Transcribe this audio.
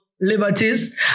Liberties